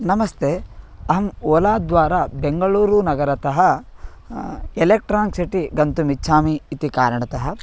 नमस्ते अहं ओलाद्वारा बेङ्गळूरुनगरतः एलेक्ट्रान्क् सिटि गन्तुम् इच्छामि इति कारणतः